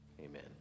amen